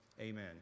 Amen